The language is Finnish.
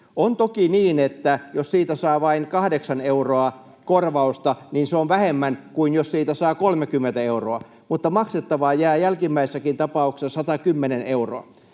On toki niin, että jos siitä saa vain kahdeksan euroa korvausta, niin se on vähemmän kuin jos siitä saa 30 euroa, mutta maksettavaa jää jälkimmäisessäkin tapauksessa 110 euroa.